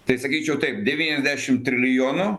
tai sakyčiau taip devyniasdešimt trilijonų